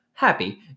Happy